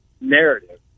narrative